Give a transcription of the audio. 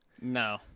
No